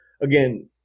again